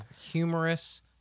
Humorous